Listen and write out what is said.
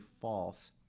false